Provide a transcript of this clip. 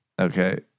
Okay